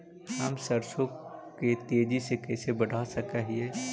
हम सरसों के तेजी से कैसे बढ़ा सक हिय?